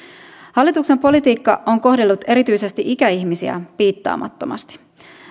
hallituksen politiikka on kohdellut erityisesti ikäihmisiä piittaamattomasti